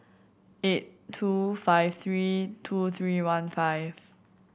eight two five three two three one five